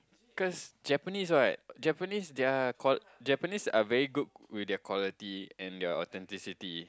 because Japanese right Japanese their qual~ Japanese are very good with their quality and their authenticity